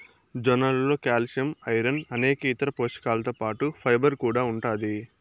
జొన్నలలో calcium, iron అనేక ఇతర పోషకాలతో పాటు ఫైబర్ కూడా ఉంటాది